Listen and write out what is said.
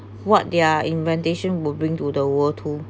what their inventation would bring to the world too